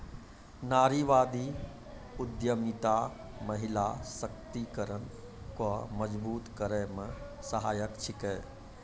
नारीवादी उद्यमिता महिला सशक्तिकरण को मजबूत करै मे सहायक छिकै